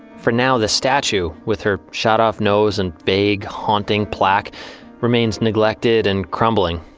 for now the statue with her shot off nose and vague haunting plaque remains neglected and crumbling,